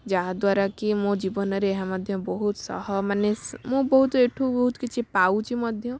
ଯାହାଦ୍ୱାରା କି ମୋ ଜୀବନରେ ଏହା ମଧ୍ୟ ବହୁତ ସହ ମାନେ ମୁଁ ବହୁତ ଏଠୁ ବହୁତ କିଛି ପାଉଛି ମଧ୍ୟ